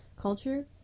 culture